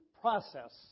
process